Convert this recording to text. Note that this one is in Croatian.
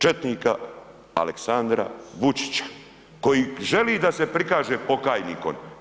Četnika Aleksandra Vučića koji želi da se prikaže pokajnikom.